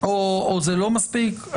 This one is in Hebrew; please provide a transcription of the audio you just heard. או לא מספיק?